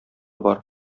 бар